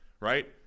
right